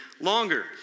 longer